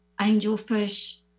angelfish